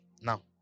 Now